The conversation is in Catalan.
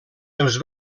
els